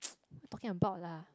talking about lah